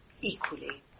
equally